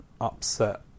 upset